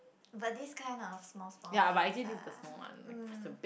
but this kind of small small things ah mm